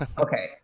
Okay